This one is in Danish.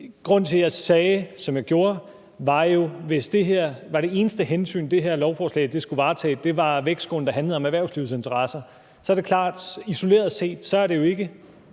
Grunden til, at jeg sagde, som jeg gjorde, var jo, at hvis det eneste hensyn, det her lovforslag skulle varetage, var vægtskålen, der handlede om erhvervslivet interesser, så er det klart, at det isoleret set ikke